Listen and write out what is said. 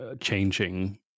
changing